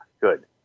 Good